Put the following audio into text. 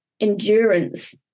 endurance